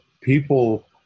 people